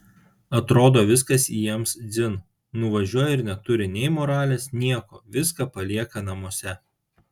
atrodo viskas jiems dzin nuvažiuoja ir neturi nei moralės nieko viską palieka namuose